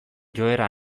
joera